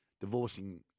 divorcing